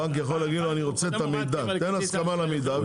הבנק יכול להגיד לו שהוא רוצה את המידע: תן הסכמה למידע והוא ייתן לו.